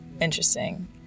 Interesting